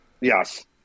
Yes